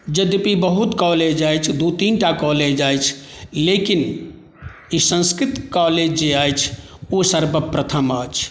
यद्यपि बहुत कॉलेज अछि दू तीन टा कॉलेज अछि लेकिन ई संस्कृत कॉलेज जे अछि ओ सर्वप्रथम अछि